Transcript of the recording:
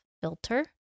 filter